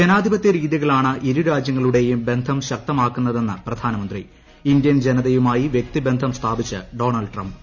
ജനാധിപത്യ രീതികളാണ് ഇരു രാജ്യങ്ങളുടെയും ബന്ധം ശക്തമാക്കുന്നതെന്ന് പ്ര്യാനമ്പ്രി ഇന്ത്യൻ ജനതയുമായി വ്യക്തി ബന്ധം സ്ഥാപ്പിച്ച് ഡോണൾഡ് ട്രംപ്